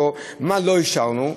מה לא אישרנו.